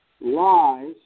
lies